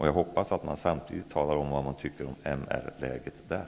Jag hoppas att man samtidigt talar om vad man tycker om MR-läget där.